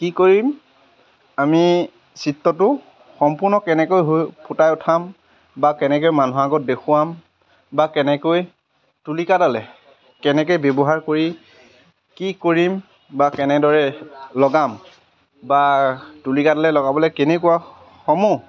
কি কৰিম আমি চিত্ৰটো সম্পূৰ্ণ কেনেকৈ হৈ ফুটাই উঠাম বা কেনেকৈ মানুহৰ আগত দেখুৱাম বা কেনেকৈ তুলিকাডালে কেনেকৈ ব্যৱহাৰ কৰি কি কৰিম বা কেনেদৰে লগাম বা তুলিকাডালে লগাবলৈ কেনেকুৱা সমূহ